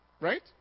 right